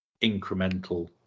incremental